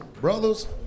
Brothers